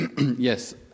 Yes